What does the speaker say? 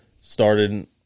started